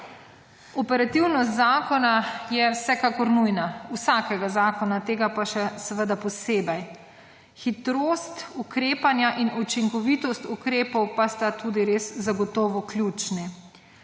Operativnost zakona je vsekakor nujna, vsakega zakona, tega pa še posebej. Hitrost ukrepanja in učinkovitost ukrepov pa sta tudi res zagotovo ključni.